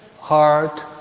Heart